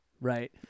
right